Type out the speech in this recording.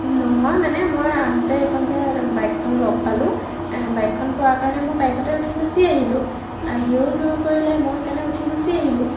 নহয় মানে মই আহোঁতে এইখন যে বাইকখন লগ পালোঁ বাইকখন পোৱাৰ কাৰণে মই বাইকতে উঠি গুচি আহিলোঁ সিও জোৰ কৰিলে মই সেইকাৰণে উঠি গুচি আহিলোঁ